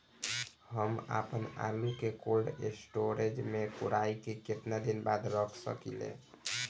हम आपनआलू के कोल्ड स्टोरेज में कोराई के केतना दिन बाद रख साकिले?